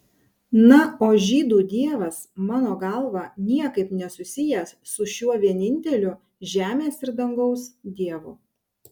na o žydų dievas mano galva niekaip nesusijęs su šiuo vieninteliu žemės ir dangaus dievu